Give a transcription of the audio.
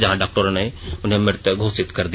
जहां डॉक्टरों ने उसे मृत घोषित कर दिया